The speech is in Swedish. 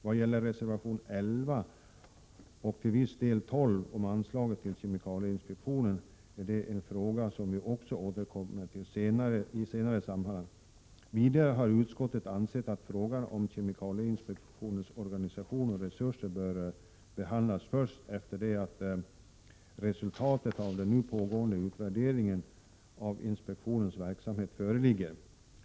Vad gäller reservationerna 11 och 12 om anslag till kemikalieinspektionen är det en fråga som vi också återkommer till i ett senare sammanhang. Vidare har utskottet ansett att frågan om kemikalieinspektionens organisation och resurser bör behandlas först efter det att resultatet av den nu pågående utvärderingen av inspektionens verksamhet föreligger.